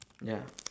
ya